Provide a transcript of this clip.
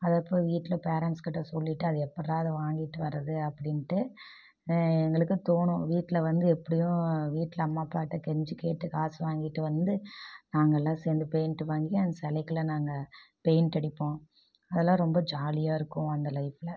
அதை எப்போ வீட்டில் பேரண்ட்ஸ் கிட்டே சொல்லிவிட்டு அதை எப்பிட்றா அதை வாங்கிகிட்டு வர்றது அப்படின்ட்டு எங்களுக்கும் தோணும் வீட்டில் வந்து எப்படியும் வீட்டில் அம்மா அப்பாகிட்ட கெஞ்சி கேட்டு காசு வாங்கிகிட்டு வந்து நாங்கெல்லாம் சேர்ந்து பெய்ண்ட்டு வாங்கி அந்த சிலைகள நாங்கள் பெய்ண்ட் அடிப்போம் அதலாம் ரொம்ப ஜாலியாக இருக்கும் அந்த லைஃப்பில்